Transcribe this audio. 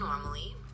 normally